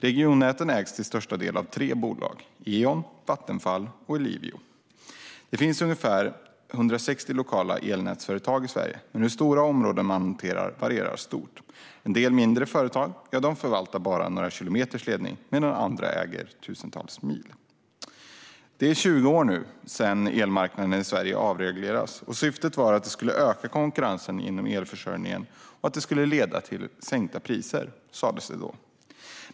Regionnäten ägs till största delen av tre bolag: Eon, Vattenfall och Ellevio. Det finns ungefär 160 lokala elnätsföretag i Sverige, men hur stora områden de hanterar varierar stort. En del mindre företag förvaltar bara några kilometer ledning medan andra äger tusentals mil. Det är nu 20 år sedan elmarknaden i Sverige avreglerades. Syftet var att öka konkurrensen inom elförsörjningen. Det skulle leda till sänkta priser, sas det då.